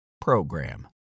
program